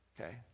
okay